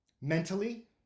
mentally